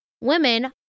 women